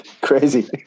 crazy